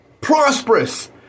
prosperous